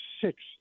six